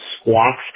Squawks